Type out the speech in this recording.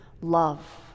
love